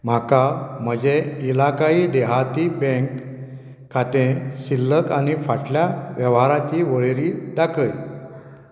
म्हाका म्हजें इलाकाई देहाती बँक खातें शिल्लक आनी फाटल्या वेव्हाराची वळेरी दाखय